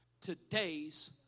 today's